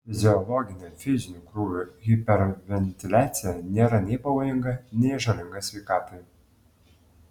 fiziologinė fizinių krūvių hiperventiliacija nėra nei pavojinga nei žalinga sveikatai